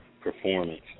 performance